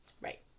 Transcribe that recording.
Right